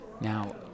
Now